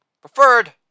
preferred